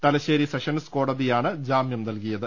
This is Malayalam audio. തലശ്ശേരി സെഷൻസ് കോടതിയാണ് ജാമ്യം നൽകിയത്